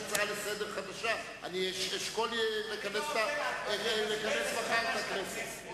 אני אשקול לכנס מחר את הכנסת.